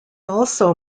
also